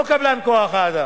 לא קבלן כוח-האדם.